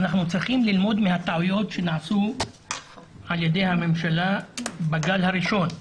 אנחנו צריכים ללמוד מן הטעויות שנעשו על ידי הממשלה בגל הראשון,